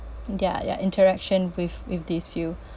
their their interaction with with this view